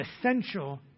essential